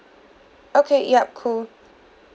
okay yup cool